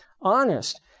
Honest